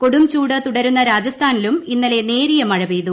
കൊടുംചൂട് തുടരുന്ന രാജസ്ഥാനിലും ഇന്നലെ നേരിയ മഴ പെയ്തു